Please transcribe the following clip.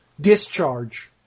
Discharge